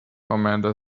commander